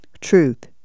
truth